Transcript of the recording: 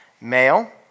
Male